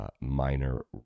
minor